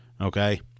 okay